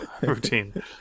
routine